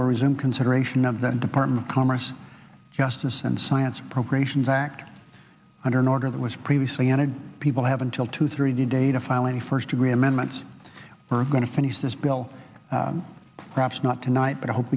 worries in consideration of the department of commerce justice and science appropriations act under an order that was previously ended people have until two three day to file any first degree amendments we're going to finish this bill perhaps not tonight but i hope